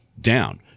down